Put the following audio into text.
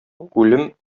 үлем